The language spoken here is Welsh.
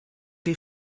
chi